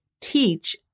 teach